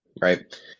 Right